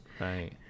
Right